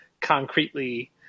concretely